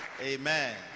amen